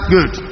Good